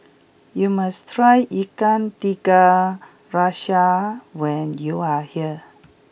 you must try Ikan Tiga Rasa when you are here